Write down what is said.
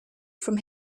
from